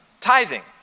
tithing